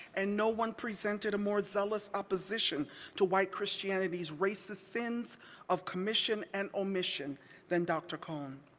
and no one presented a more zealous opposition to white christianity's racist sins of commission and omission than dr. cone.